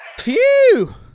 Phew